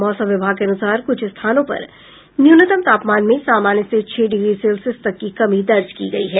मौसम विभाग के अनुसार कुछ स्थानों पर न्यूनतम तापमान में सामान्य से छह डिग्री सेल्सियस तक की कमी दर्ज की गयी है